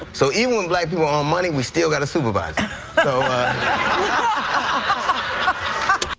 so even when black people are on money we still gotta supervise so um